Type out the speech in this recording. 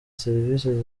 serivisi